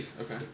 okay